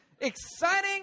Exciting